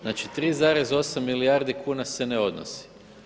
Znači, 3,8 milijardi kuna se ne odnosi.